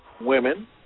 Women